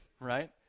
right